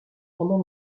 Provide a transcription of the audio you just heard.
pendant